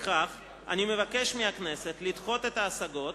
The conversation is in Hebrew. לפיכך אני מבקש מהכנסת לדחות את ההשגות